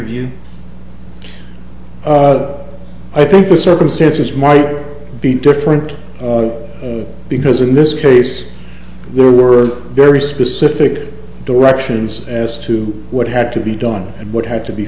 view i think the circumstances might be different because in this case there were very specific directions as to what had to be done and what had to be